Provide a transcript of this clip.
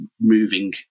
moving